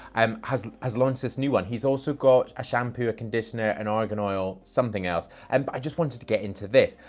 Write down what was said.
um has has launched this new one. he's also got a shampoo, a conditioner, an argan oil, something else. and i just wanted to get into this.